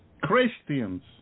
Christians